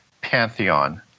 pantheon